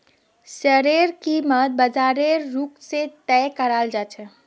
शेयरेर कीमत बाजारेर रुख से तय कराल जा छे